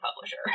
publisher